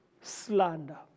slander